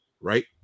right